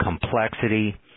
complexity